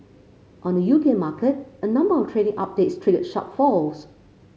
on the U K market a number of trading updates triggered sharp falls